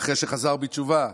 אחרי שחזר בתשובה?